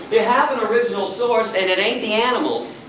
you have an original source, and it ain't the animals.